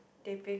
teh peng